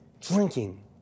drinking